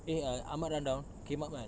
eh I ahmad run down came up kan